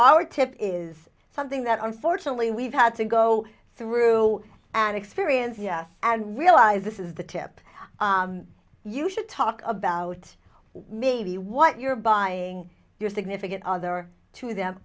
right is something that unfortunately we've had to go through an experience yes and realize this is the tip you should talk about what maybe what you're buying your significant other to them